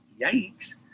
Yikes